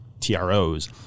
TROs